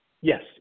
Yes